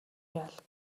жаал